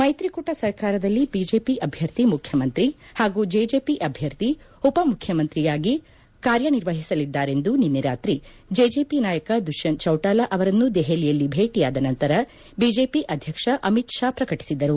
ಮೈತ್ರಿಕೂಟ ಸರ್ಕಾರದಲ್ಲಿ ಬಿಜೆಪಿ ಅಭ್ಯರ್ಥಿ ಮುಖ್ಯಮಂತ್ರಿ ಹಾಗೂ ಜೆಜೆಪಿ ಅಭ್ಯರ್ಥಿ ಉಪಮುಖ್ಯಮಂತ್ರಿಯಾಗಿ ಕಾರ್ಯನಿರ್ವಒಸಲಿದ್ದಾರೆಂದು ನಿನ್ನೆ ರಾತ್ರಿ ಜೆಜೆಪಿ ನಾಯಕ ದುಷ್ತಂತ ಚೌಟಾಲಾ ಅವರನ್ನು ದೆಪಲಿಯಲ್ಲಿ ಭೇಟಿಯಾದ ನಂತರ ಬಿಜೆಪಿ ಅಧ್ಯಕ್ಷ ಅಮಿತ್ ಷಾ ಪ್ರಕಟಿಸಿದರು